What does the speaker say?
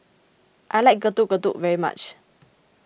I like Getuk Getuk very much